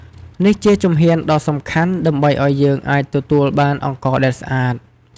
នេះជាជំហានដ៏សំខាន់ដើម្បីឲ្យយើងអាចទទួលបានអង្ករដែលស្អាត។